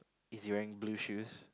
is he wearing blue shoes